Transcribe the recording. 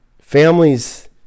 families